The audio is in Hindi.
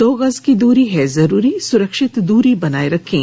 दो गज की दूरी है जरूरी सुरक्षित दूरी बनाए रखें